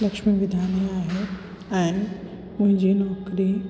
लक्ष्मी विधानी आहे ऐं मुंहिंजी नौकिरी